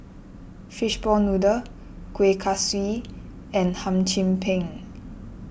Fishball Noodle Kuih Kaswi and Hum Chim Peng